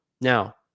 Now